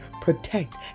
protect